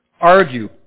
argue